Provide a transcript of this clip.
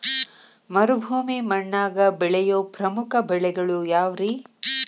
ಮರುಭೂಮಿ ಮಣ್ಣಾಗ ಬೆಳೆಯೋ ಪ್ರಮುಖ ಬೆಳೆಗಳು ಯಾವ್ರೇ?